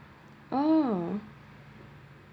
oh